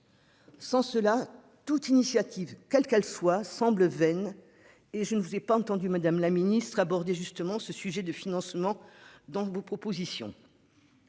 Sans cela, toute initiative, quelle qu'elle soit semble vaine. Et je ne vous ai pas entendu Madame la Ministre aborder justement ce sujet de financement donc vos propositions.